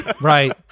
Right